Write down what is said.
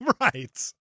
Right